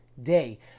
day